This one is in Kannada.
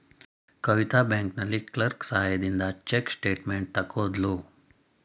ಕವಿತಾ ಬ್ಯಾಂಕಿನಲ್ಲಿ ಕ್ಲರ್ಕ್ ಸಹಾಯದಿಂದ ಚೆಕ್ ಸ್ಟೇಟ್ಮೆಂಟ್ ತಕ್ಕೊದ್ಳು